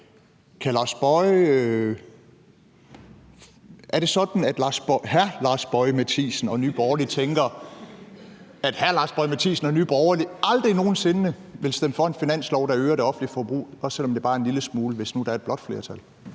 om det er sådan, at hr. Lars Boje Mathiesen og Nye Borgerlige tænker, at hr. Lars Boje Mathiesen og Nye Borgerlige aldrig nogen sinde vil stemme for en finanslov, der øger det offentlige forbrug, også selv om det også bare er en lille smule, hvis nu der er et blåt flertal.